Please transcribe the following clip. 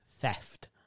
theft